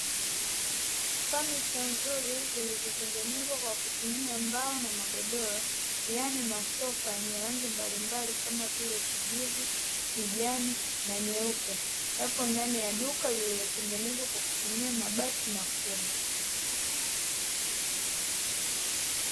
Fanicha nzuri zilizotengenezwa kwa kutumia mbao na magodoro. Yaani masofa yenye rangi mbalimbali kama vile kijivu, kijani na nyeupe yapo ndani ya duka lililotengenezwa kwa kutumia mabati na kuni.